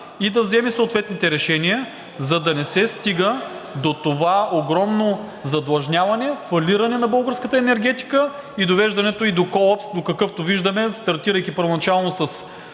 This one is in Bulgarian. и да вземе съответните решения, за да не се стига до това огромно задлъжняване, фалиране на българската енергетика и довеждането ѝ до колапс, какъвто виждаме, стартирайки първоначално с